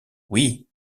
oui